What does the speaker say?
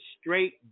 straight